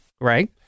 right